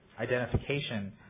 identification –